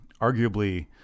arguably